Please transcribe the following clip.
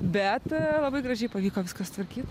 bet labai gražiai pavyko viską sutvarkyt